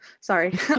sorry